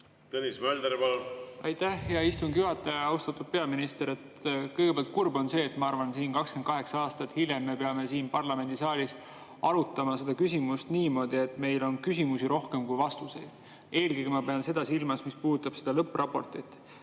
Tõnis Mölder, palun! Aitäh, hea istungi juhataja! Austatud peaminister! Kõigepealt, kurb on see, et 28 aastat hiljem me peame siin parlamendisaalis arutama seda küsimust niimoodi, et meil on küsimusi rohkem kui vastuseid. Eelkõige ma pean silmas seda, mis puudutab lõppraportit.